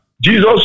Jesus